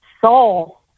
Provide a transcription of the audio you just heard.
soul